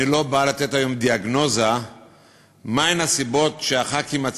אני לא בא לתת היום דיאגנוזה מה הן הסיבות שחברי הכנסת